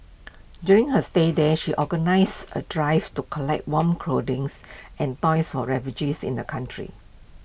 during her stay there she organised A drive to collect warm clothings and toys for refugees in the country